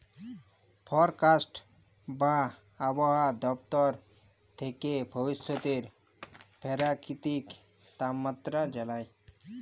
forecast বা আবহাওয়া দপ্তর থ্যাকে ভবিষ্যতের পেরাকিতিক তাপমাত্রা জালায়